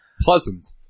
Pleasant